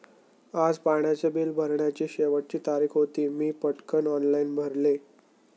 आज पाण्याचे बिल भरण्याची शेवटची तारीख होती, मी पटकन ऑनलाइन भरले